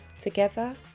Together